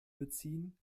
beziehen